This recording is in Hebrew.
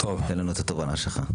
תן לנו את התובנה שלך.